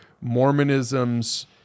Mormonism's